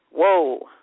whoa